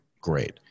Great